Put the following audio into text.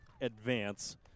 advance